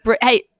hey